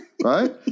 Right